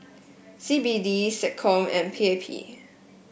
C B D SecCom and P A P